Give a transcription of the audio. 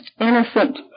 innocent